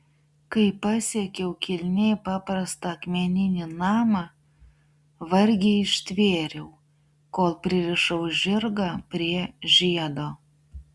kai pasiekiau kilniai paprastą akmeninį namą vargiai ištvėriau kol pririšau žirgą prie žiedo